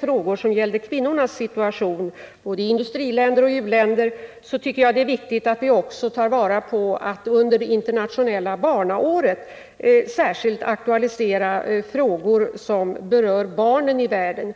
frågor som gällde kvinnornas situation, både i industriländer och i u-länder, så tycker jag det är viktigt att vi också tar vara på tillfället att under det internationella barnåret särskilt aktualisera frågor som rör barnen i världen.